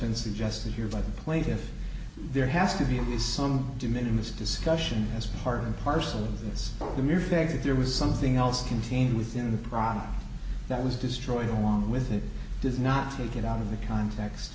been suggested here by the plaintiffs there has to be some diminished discussion as part and parcel of this the mere fact that there was something else contained within the product that was destroyed along with it does not take it out of the context